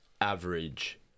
average